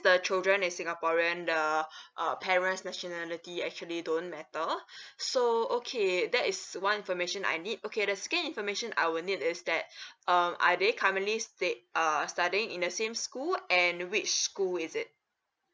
the children is singaporean the uh parents' nationality actually don't matter so okay that is one information I need okay the second information I would need is that um are they currently stay~ uh studying in the same school and which school is it